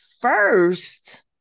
first